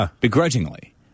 begrudgingly